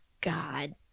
God